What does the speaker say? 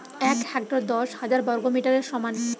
এক হেক্টর দশ হাজার বর্গমিটারের সমান